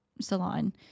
salon